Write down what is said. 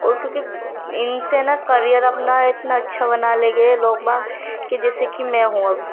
اور کیونکہ ان سے نا کریر اپنا اتنا اچّھا بنا لے گئے لوگ باگ کہ جیسے کہ میں ہوں اب